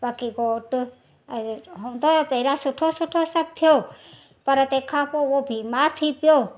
बाक़ी घोटु हूंदा हुओ पहिरियों सुठो सुठो सभु थियो पर तंहिंखां पोइ उहो बीमार थी पियो